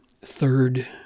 third